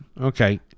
okay